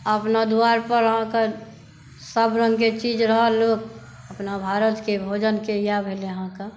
ओना दुआर पर अहाँके सभ रंगके चीज़ रहल लोक अपना भारतके भोजनके इएह भेलै अहाँके